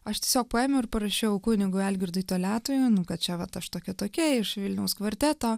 aš tiesiog paėmiau ir parašiau kunigui algirdui toliatui nu kad čia vat aš tokia tokia iš vilniaus kvarteto